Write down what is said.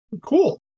cool